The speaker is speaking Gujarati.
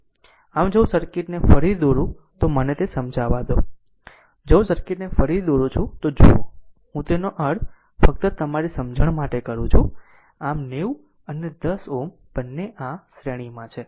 આમ જો હું સર્કિટને ફરીથી દોરું તો મને તે સમજાવા દો જો હું સર્કિટને ફરીથી દોરું છું તો જુઓ હું તેનો અર્થ ફક્ત તમારી સમજણ માટે કરું છું આમ 90 અને 10 Ω આ બે શ્રેણીમાં છે